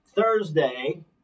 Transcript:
Thursday